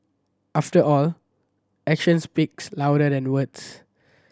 after all actions speaks louder than words